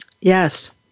yes